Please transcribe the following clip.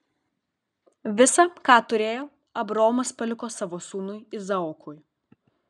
visa ką turėjo abraomas paliko savo sūnui izaokui